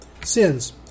sins